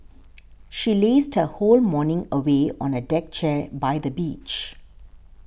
she lazed her whole morning away on a deck chair by the beach